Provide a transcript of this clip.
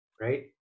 right